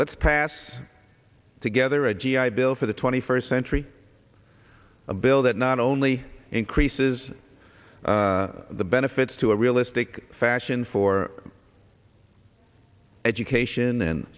let's pass together a g i bill for the twenty first century a bill that not only increases the benefits to a realistic fashion for education and